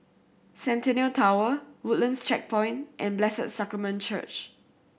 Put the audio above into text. Centennial Tower Woodlands Checkpoint and Blessed Sacrament Church